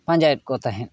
ᱯᱟᱸᱡᱟᱭᱮᱫ ᱠᱚ ᱛᱟᱦᱮᱸᱫ